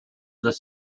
this